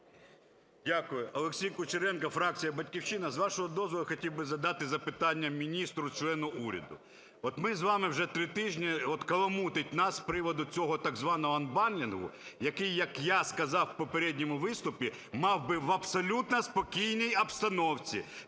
Дякую. Олексій Кучеренко, фракція "Батьківщина". З вашого дозволу, я хотів би задати запитання міністру, члену уряду. От ми з вами вже три тижні от каламутить нас з приводу цього так званого анбандлінгу, який, як я сказав в попередньому виступі, мав би в абсолютно спокійній обстановці